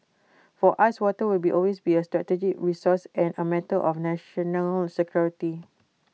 for us water will be always be A strategic resource and A matter of national security